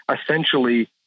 essentially